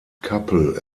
kappel